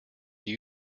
only